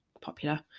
popular